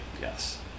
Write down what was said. Yes